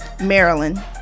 Maryland